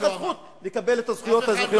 או אין לך זכות לקבל את הזכויות האזרחיות,